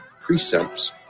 Precepts